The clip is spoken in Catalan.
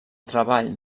treball